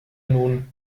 nun